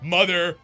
Mother